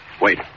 Wait